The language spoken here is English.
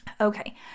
okay